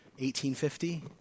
1850